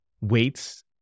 weights